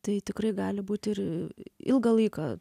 tai tikrai gali būti ir ilgą laiką